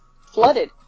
flooded